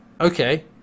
Okay